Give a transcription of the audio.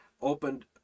opened